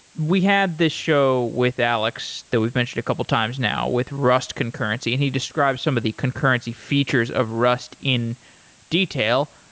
we had this show with alex that we've mentioned a couple of times now with rust concurrency and he describes some of the concurrency features of rust in detail.